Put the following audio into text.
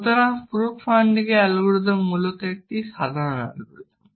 সুতরাং proof finding algorithm মূলত একটি সাধারণ অ্যালগরিদম